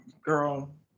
girl